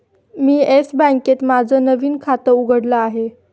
मी Yes बँकेत माझं नवीन खातं उघडलं आहे